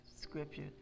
scripture